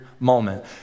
Moment